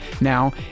now